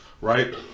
right